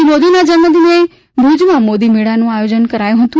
શ્રી મોદીના જન્મદિને ભૂજમાં મોદી મેળાનું આયોજન કરાયું હતું